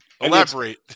Elaborate